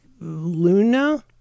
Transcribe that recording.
luna